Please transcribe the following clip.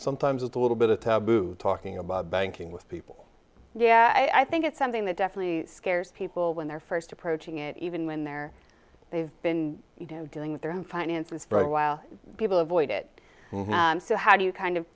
sometimes it's a little bit taboo talking about banking with people yeah i think it's something that definitely scares people when they're first approaching it even when they're they've been doing their own finances for a while people avoid it so how do you kind of